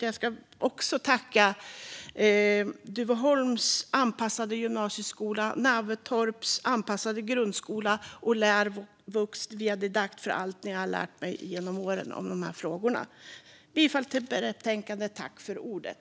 Jag vill också tacka Duveholms anpassade gymnasieskola, Nävertorps anpassade grundskola, Lärvux och Viadidakt för allt ni har lärt mig genom åren om de här frågorna. Jag yrkar bifall till förslaget i betänkandet.